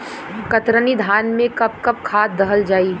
कतरनी धान में कब कब खाद दहल जाई?